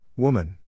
Woman